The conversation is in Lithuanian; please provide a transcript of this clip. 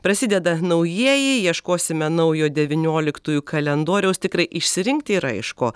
prasideda naujieji ieškosime naujo devynioliktųjų kalendoriaus tikrai išsirinkti yra iš ko